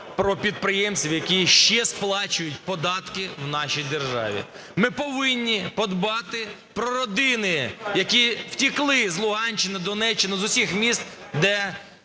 про підприємців, які ще сплачують податки в нашій державі. Ми повинні подбати про родини, які втікли з Луганщини, Донеччини, з усіх міст, де